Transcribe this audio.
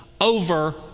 over